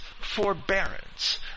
forbearance